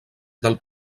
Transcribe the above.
del